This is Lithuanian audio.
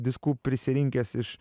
diskų prisirinkęs iš